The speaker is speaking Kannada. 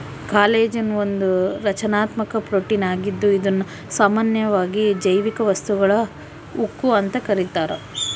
ಕಾಲಜನ್ ಒಂದು ರಚನಾತ್ಮಕ ಪ್ರೋಟೀನ್ ಆಗಿದ್ದು ಇದುನ್ನ ಸಾಮಾನ್ಯವಾಗಿ ಜೈವಿಕ ವಸ್ತುಗಳ ಉಕ್ಕು ಅಂತ ಕರೀತಾರ